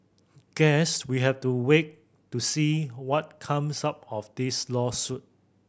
guess we have to wait to see what comes out of this lawsuit